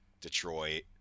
Detroit